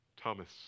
Thomas